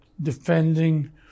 defending